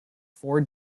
four